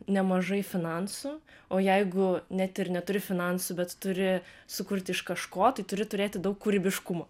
nemažai finansų o jeigu net ir neturi finansų bet turi sukurti iš kažko tai turi turėti daug kūrybiškumo